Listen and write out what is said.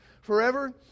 forever